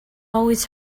always